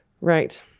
Right